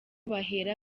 bahera